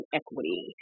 equity